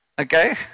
Okay